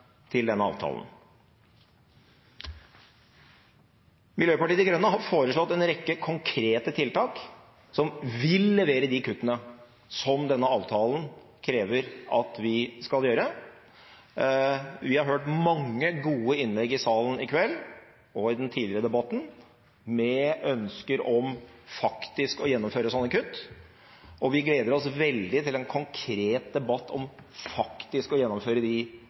til denne avtalen. Miljøpartiet De Grønne har foreslått en rekke konkrete tiltak som vil levere de kuttene denne avtalen krever at vi skal gjøre. Vi har hørt mange gode innlegg i salen i kveld, og i den tidligere debatten, med ønsker om faktisk å gjennomføre sånne kutt. Vi gleder oss veldig til en konkret debatt om faktisk å gjennomføre de